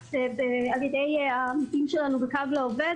בג"ץ על ידי העמיתים שלנו ב"קו לעובד"